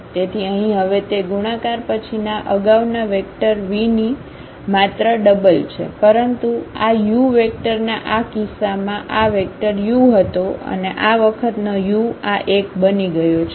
તેથી અહીં હવે તે ગુણાકાર પછીના અગાઉના વેક્ટર v ની માત્ર ડબલ છે પરંતુ આ u વેક્ટરના આ કિસ્સામાં આવેક્ટર u હતો અને આ વખતનો u આ એક બની ગયો છે